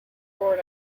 born